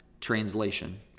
translation